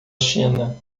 china